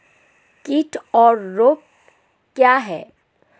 कीट और रोग क्या हैं?